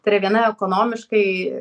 tai yra viena ekonomiškai